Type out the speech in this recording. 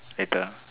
later